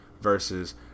Versus